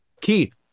Keith